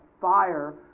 fire